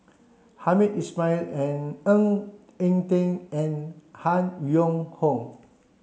Hamed Ismail and Ng Eng Teng and Han Yong Hong